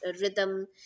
rhythm